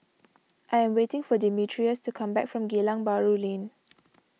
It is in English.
I am waiting for Demetrius to come back from Geylang Bahru Lane